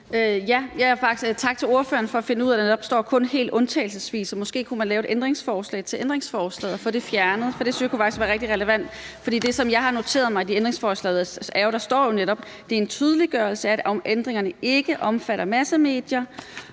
Tak til ordføreren for at finde ud af, at der netop kun står »helt undtagelsesvist«. Så måske kunne man lave et ændringsforslag til ændringsforslaget og få det fjernet. Det synes jeg faktisk kunne være rigtig relevant. For det, som jeg har noteret mig i de ændringsforslag, er jo, at der netop står, at det er en tydeliggørelse af, atændringerne ikke omfatter massemedier.